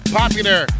popular